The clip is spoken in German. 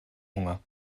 hunger